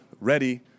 ready